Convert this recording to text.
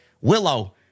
Willow